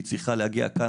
היא צריכה להגיע לכאן,